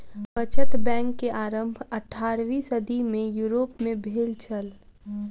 बचत बैंक के आरम्भ अट्ठारवीं सदी में यूरोप में भेल छल